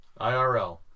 IRL